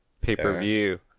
pay-per-view